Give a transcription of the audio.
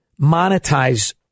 monetize